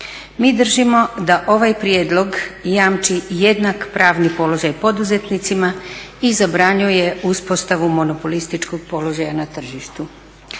Mi držimo da ovaj prijedlog jamči jednak pravni položaj poduzetnicima i zabranjuje uspostavu monopolističkog položaja na tržištu.